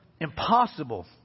impossible